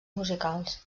musicals